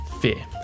fear